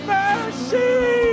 mercy